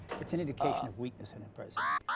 it's an indication of weakness in a president.